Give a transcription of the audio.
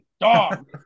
Dog